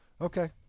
Okay